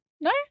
no